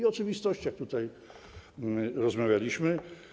O oczywistościach tutaj rozmawialiśmy.